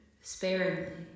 sparingly